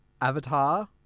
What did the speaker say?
Avatar